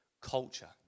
Culture